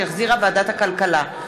שהחזירה ועדת הכלכלה.